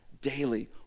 daily